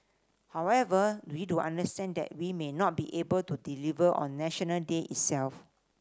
however we do understand that we may not be able to deliver on National Day itself